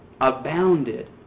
abounded